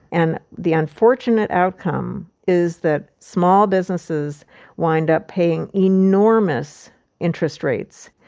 and the unfortunate outcome is that small businesses wind up paying enormous interest rates.